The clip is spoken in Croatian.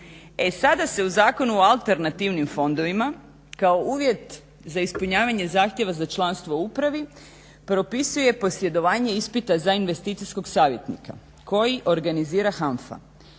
sada se u Zakonu o alternativnim fondovima kao uvjet za ispunjavanje zahtjeva za članstvo u upravi propisuje posjedovanje ispita za investicijskog savjetnika kojeg organizira HANFA